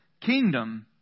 kingdom